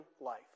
life